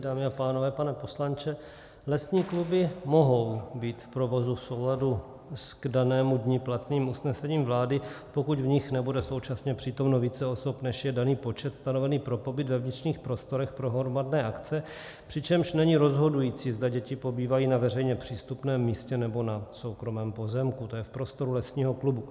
Dámy a pánové, pane poslanče, lesní kluby mohou být v provozu v souladu s k danému dni platným usnesením vlády, pokud v nich nebude současně přítomno více osob, než je daný počet stanovený pro pobyt ve vnitřních prostorech pro hromadné akce, přičemž není rozhodující, zda děti pobývají na veřejně přístupném místě, nebo na soukromém pozemku, to je v prostoru lesního klubu.